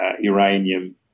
uranium